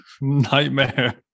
nightmare